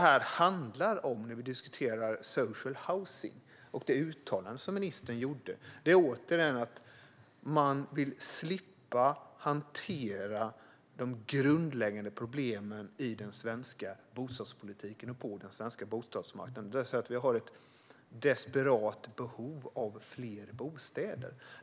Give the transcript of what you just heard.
När vi diskuterar social housing och det uttalande som ministern gjorde handlar det om att man vill slippa hantera de grundläggande problemen i den svenska bostadspolitiken och på den svenska bostadsmarknaden. Vi har ett desperat behov av fler bostäder.